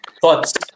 thoughts